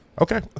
Okay